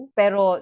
pero